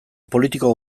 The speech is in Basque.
politiko